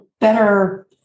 better